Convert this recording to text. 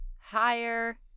higher